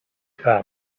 par